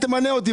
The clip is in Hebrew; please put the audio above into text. תמנה אותי.